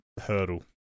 hurdle